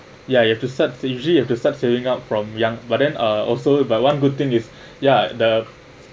ya you have to start save usually you have to start saving up from young but then uh also but one good thing is ya the